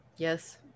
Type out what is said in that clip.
Yes